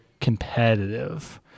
competitive